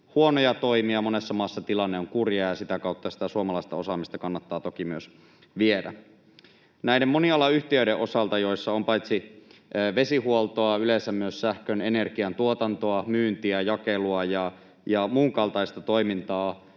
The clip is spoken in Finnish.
huonoja toimia, monessa maassa tilanne on kurja, ja sitä kautta sitä suomalaista osaamista kannattaa toki myös viedä. Näiden kunnallisten monialayhtiöiden, joissa on paitsi vesihuoltoa yleensä myös sähköenergian tuotantoa, myyntiä, jakelua ja muunkaltaista toimintaa,